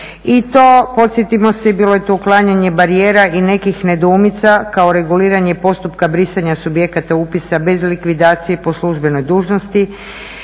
i to podsjetimo se, bilo je to uklanjanje barijera i nekih nedoumica kao reguliranje postupka brisanja subjekata upisa bez likvidacije po službenoj dužnosti.